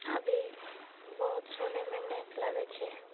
अभी बहुत सुनयमे निक लागैत छै